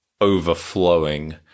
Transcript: overflowing